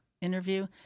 interview